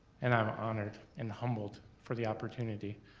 and i'm honored and humbled for the opportunity,